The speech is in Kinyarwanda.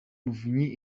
muvunyi